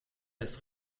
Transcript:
ist